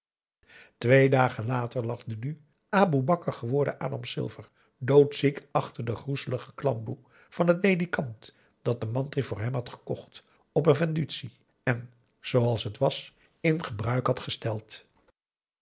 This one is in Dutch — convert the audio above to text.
twee dagen later lag de nu aboe bakar geworden adam silver doodziek achter de groezelige klamboe van het ledikant dat de mantri voor hem had gekocht op een vendutie en zooals het was in gebruik had gesteld